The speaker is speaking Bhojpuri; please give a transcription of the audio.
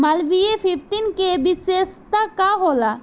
मालवीय फिफ्टीन के विशेषता का होला?